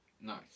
Nice